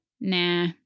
Nah